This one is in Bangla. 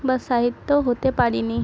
বা সাহিত্য হতে পারি নি